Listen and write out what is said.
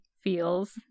feels